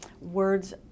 words